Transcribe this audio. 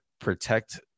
protect